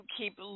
keep